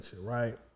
right